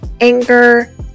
anger